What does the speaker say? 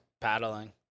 paddling